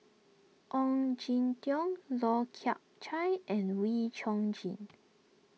Ong Jin Teong Lau Chiap Khai and Wee Chong Jin